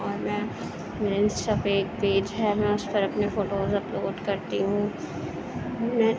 اور میں میرا انسٹا پہ ایک پیج ہے میں اس پر اپنے فوٹوز اپلوڈ کرتی ہوں میں